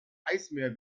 eismeer